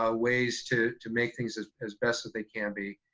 ah ways to to make things as as best as they can be.